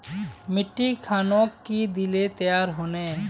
मिट्टी खानोक की दिले तैयार होने?